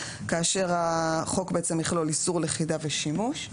כאשר החוק בעצם יכלול: איסור לכידה ושימוש,